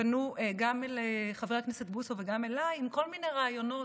פנו גם אל חבר הכנסת בוסו וגם אליי עם כל מיני רעיונות